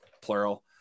plural